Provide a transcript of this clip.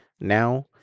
now